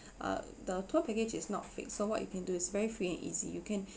uh the tour package is not fixed so what you can do is very free and easy you can